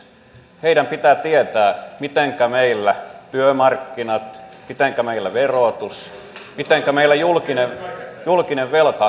heidän pitää tietää mitenkä meillä työmarkkinat mitenkä meillä verotus mitenkä meillä julkinen velka kehittyy